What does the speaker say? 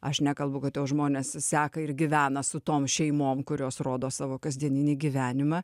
aš nekalbu kad jau žmonės seka ir gyvena su tom šeimom kurios rodo savo kasdieninį gyvenimą